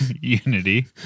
unity